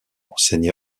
enseigné